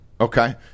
Okay